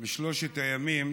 בשלושת הימים,